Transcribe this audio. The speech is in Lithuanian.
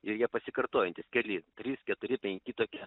ir jie pasikartojantys keli trys keturi penki tokie